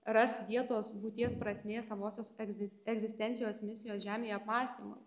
ras vietos būties prasmės savosios egzi egzistencijos misijos žemėje apmąstymui